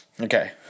okay